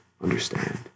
understand